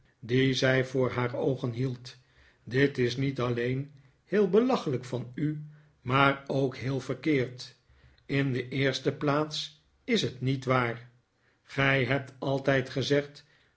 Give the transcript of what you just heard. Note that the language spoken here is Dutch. dien zij voor haar oogen hield dit is niet alleen heel belachelijk van u maar ook heel verkeerd in de eerste plaats is het niet waar gij hebt altijd gezegd